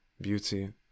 beauty